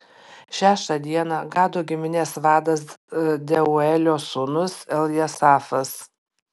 šeštą dieną gado giminės vadas deuelio sūnus eljasafas